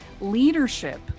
leadership